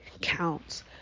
counts